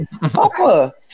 Papa